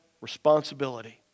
responsibility